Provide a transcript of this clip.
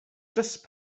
just